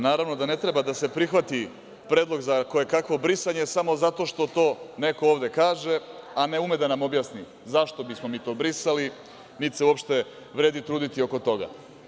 Naravno da ne treba da se prihvati predlog za koje kakvo brisanje samo zato što to neko ovde kaže, a ne ume da nam objasni zašto bi to brisali, niti se uopšte vredi truditi oko toga.